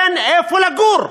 אין איפה לגור.